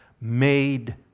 made